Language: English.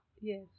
Yes